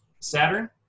Saturn